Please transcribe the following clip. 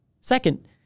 Second